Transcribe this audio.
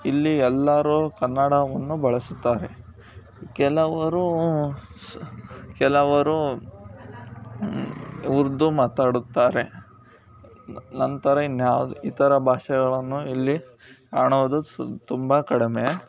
ಇಲ್ಲಿ ಎಲ್ಲರೂ ಕನ್ನಡವನ್ನು ಬಳಸುತ್ತಾರೆ ಕೆಲವರು ಸ್ ಕೆಲವರು ಉರ್ದು ಮಾತಾಡುತ್ತಾರೆ ನಂತರ ಇನ್ಯಾವ ಇತರ ಭಾಷೆಗಳನ್ನು ಇಲ್ಲಿ ಕಾಣೋದು ಸು ತುಂಬ ಕಡಿಮೆ